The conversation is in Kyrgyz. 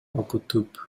окутуп